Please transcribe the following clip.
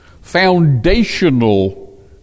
Foundational